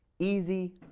easy,